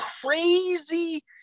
crazy